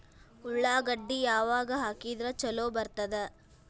ಉಳ್ಳಾಗಡ್ಡಿ ಯಾವಾಗ ಹಾಕಿದ್ರ ಛಲೋ ಬರ್ತದ?